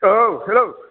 औ हेलौ